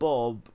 Bob